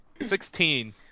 Sixteen